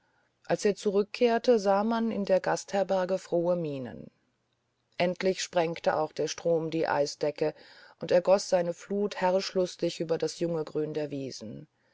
als er zurückkehrte sah man in der gastherberge frohe mienen endlich sprengte auch der strom die eisdecke und ergoß seine flut herrschlustig über das junge grün der wiesen